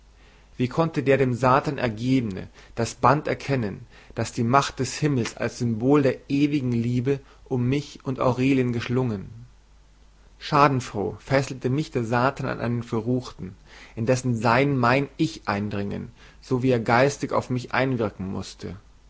wie konnte der dem satan ergebene das band erkennen das die macht des himmels als symbol der ewigen liebe um mich und aurelien geschlungen schadenfroh fesselte mich der satan an einen verruchten in dessen sein mein ich eindringen so wie er geistig auf mich einwirken mußte